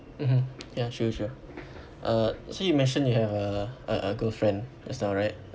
mmhmm ya sure sure uh actually you mentioned you have uh a a girlfriend just now right